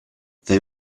they